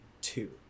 two